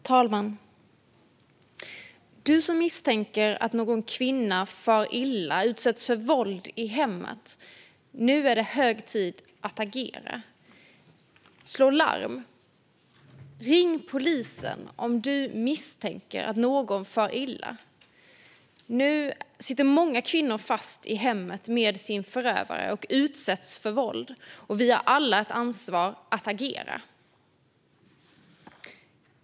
Fru talman! Du som misstänker att någon kvinna far illa och utsätts för våld i hemmet - nu är det hög tid att agera och slå larm. Ring polisen om du misstänker att någon far illa! Nu sitter många kvinnor fast i hemmet med sin förövare och utsätts för våld, och vi har alla ett ansvar att agera.